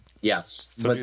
Yes